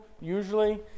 usually